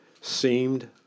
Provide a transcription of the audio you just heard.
seemed